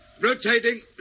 Rotating